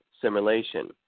simulation